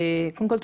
קודם כל,